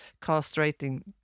castrating